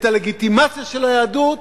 את הלגיטימציה של היהדות,